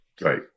Right